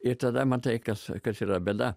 ir tada matai kas kas yra bėda